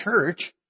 church